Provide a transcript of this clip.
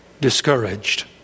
discouraged